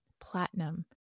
platinum